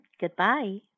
goodbye